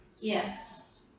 Yes